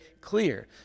clear